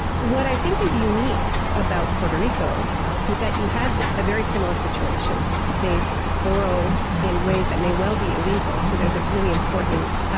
i think is unique about puerto rico is that you had a very similar situation. they borrowed in ways that may well be illegal so there's a really important.